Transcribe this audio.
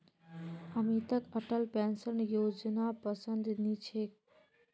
अमितक अटल पेंशन योजनापसंद नी छेक